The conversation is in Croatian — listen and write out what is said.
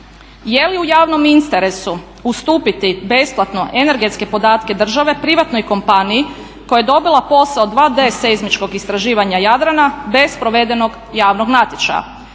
Je li u javnom interesu ustupiti besplatno energetske podatke države privatnoj kompaniji koja je dobila posao 2D seizmičkog istraživanja Jadrana bez provedenog javnog natječaja.